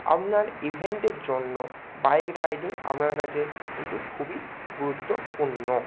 আপনার ইভেন্টের জন্য বাইক রাইডিং আপনার কাছে কিন্তু খুবই গুরুত্বপূর্ণ